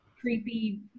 creepy